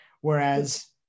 Whereas